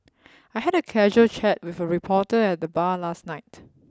I had a casual chat with a reporter at the bar last night